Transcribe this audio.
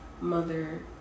mother